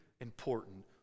important